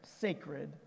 sacred